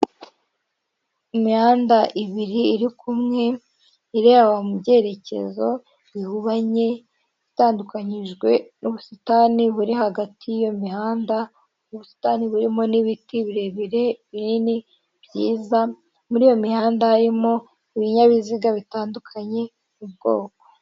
Imihanda ibiri iri kumwe ireba mu byerekezo bihubanye itandukanijwe n'ubusitani buri hagati y'iyo mihanda ubusitani burimo n'ibiti birebire binini byiza muri iyo mihanda harimo ibinyabiziga bitandukanye ubwoko.